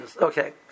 Okay